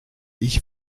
ich